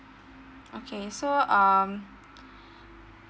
okay so um